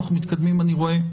אנחנו מתקדמים, אני רואה,